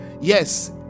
Yes